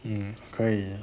um 可以